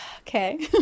okay